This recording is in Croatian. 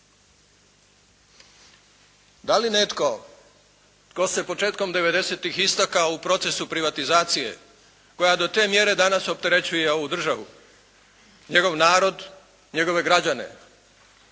Da li netko tko se početkom devedesetih istakao u procesu privatizacije koja do te mjere danas opterećuje ovu državu, njegov narod, njegove građane